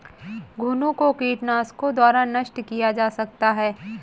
घुनो को कीटनाशकों द्वारा नष्ट किया जा सकता है